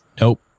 Nope